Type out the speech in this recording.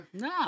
No